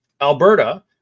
Alberta